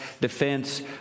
defense